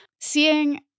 Seeing